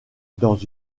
dans